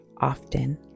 often